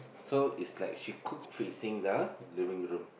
so is like she cook facing the living room